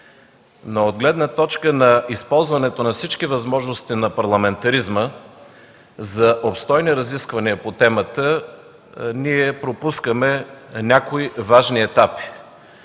но от гледна точка на използването на всички възможности на парламентаризма за обстойни разисквания по темата, ние пропускаме някои важни етапи.